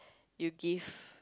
you give